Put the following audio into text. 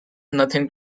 nothing